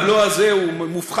הבלו הזה מופחת,